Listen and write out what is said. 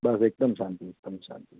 બસ એકદમ શાંતિ એકદમ શાંતિ